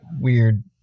weird